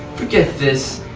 forget this,